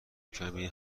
کمی